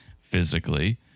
physically